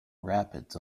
rapids